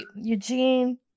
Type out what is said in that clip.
eugene